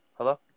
Hello